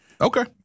Okay